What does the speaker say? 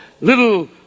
little